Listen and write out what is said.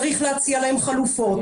צריך להציע להם חלופות.